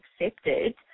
accepted